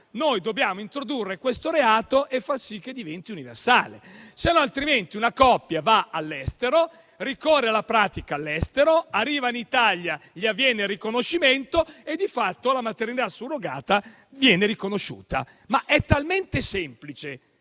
noi dobbiamo introdurre questo reato e far sì che diventi universale. Altrimenti una coppia va all'estero, ricorre alla pratica all'estero, arriva in Italia, avviene il riconoscimento e di fatto la maternità surrogata viene riconosciuta. È talmente semplice.